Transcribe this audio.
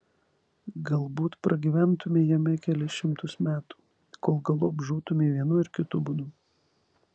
galbūt pragyventumei jame kelis šimtus metų kol galop žūtumei vienu ar kitu būdu